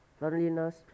loneliness